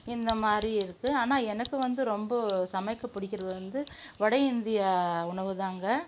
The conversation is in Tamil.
இந்தமாதிரி இருக்குது ஆனால் எனக்கு வந்து ரொம்ப சமைக்க பிடிக்கிறது வந்து வடஇந்தியா உணவுதாங்க